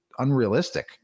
unrealistic